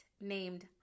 named